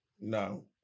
No